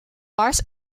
wars